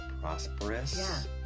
prosperous